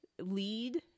lead